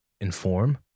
inform